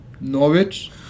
Norwich